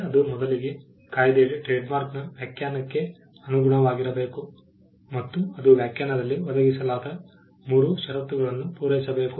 ಅದು ಮೊದಲಿಗೆ ಕಾಯಿದೆಯಡಿ ಟ್ರೇಡ್ಮಾರ್ಕ್ನ ವ್ಯಾಖ್ಯಾನಕ್ಕೆ ಅನುಗುಣವಾಗಿರಬೇಕು ಮತ್ತು ಅದು ವ್ಯಾಖ್ಯಾನದಲ್ಲಿ ಒದಗಿಸಲಾದ 3 ಷರತ್ತುಗಳನ್ನು ಪೂರೈಸಬೇಕು